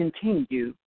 continue